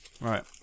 Right